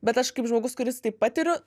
bet aš kaip žmogus kuris tai patiriu